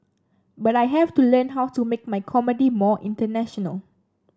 but I have to learn how to make my comedy more international